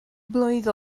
mlwydd